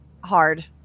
Hard